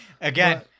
Again